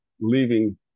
leaving